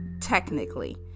technically